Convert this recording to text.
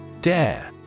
Dare